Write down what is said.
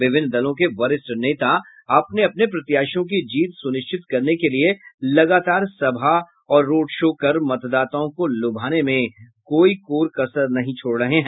विभिन्न दलों के वरिष्ठ नेता अपने अपने प्रत्याशियों की जीत सुनिश्चित करने के लिए लगातार सभा और रोड शो कर मतदाताओं को लुभाने के में कोई कोर कसर नहीं छोड़ रहे है